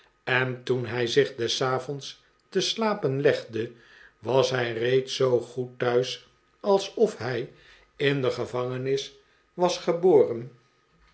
en toen hij zich des avonds te slapeh legde was hij reeds zoo goed thuis alsof hij in de gevangenis was geboren